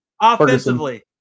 Offensively